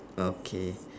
okay